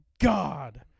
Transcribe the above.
God